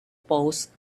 post